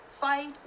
fight